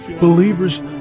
Believers